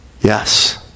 Yes